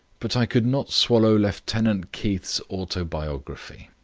but i could not swallow lieutenant keith's autobiography.